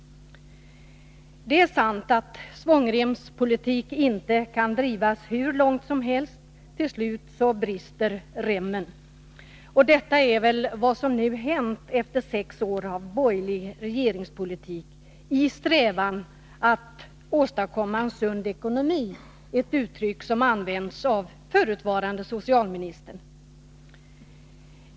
Det är sant att svångremspolitik inte kan drivas hur långt som helst. Till slut brister remmen. Detta är väl vad som nu har hänt efter sex år av borgerlig regeringspolitik, som har förts i strävan att åstadkomma en sund ekonomi — ett uttryck som använts av förutvarande socialministern.